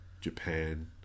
Japan